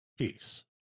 Peace